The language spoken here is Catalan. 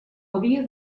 havia